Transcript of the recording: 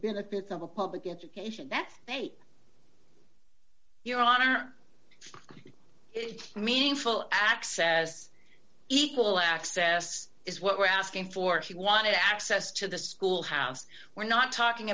benefits of a public education that they your honor it's meaningful access as equal access is what we're asking for she wanted access to the schoolhouse we're not talking